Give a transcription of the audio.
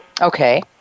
Okay